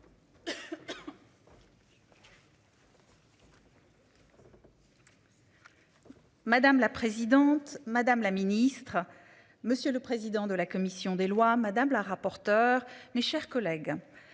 Madame la présidente, madame la ministre, monsieur le président de la commission des lois. Madame la rapporteure les chers collègues.